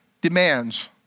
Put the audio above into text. demands